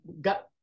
got